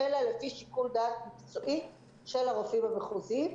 אלא לפי שיקול דעת מקצועית של הרופאים המחוזי.